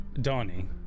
Donnie